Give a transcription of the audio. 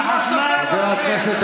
על חשמל לגברים, למה הוא לא נכנס לרהט?